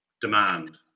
demand